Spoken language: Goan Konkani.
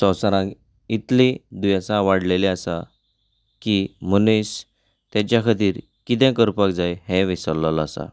संवसारांत इतलीं दुयेंसां वाडिल्लीं आसात की मनीस ताच्या खातीर कितें करपाक जाय हें विसरिल्लो आसा